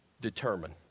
determine